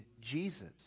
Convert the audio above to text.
Jesus